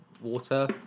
water